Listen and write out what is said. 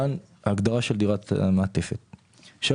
"(3)